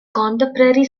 contemporary